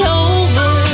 over